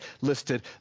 listed